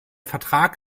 vertrag